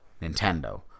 Nintendo